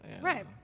Right